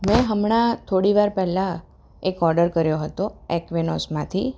મેં હમણાં થોડીવાર પહેલાં એક ઓર્ડર કર્યો હતો એક્વિનોસમાંથી